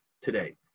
today